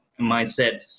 mindset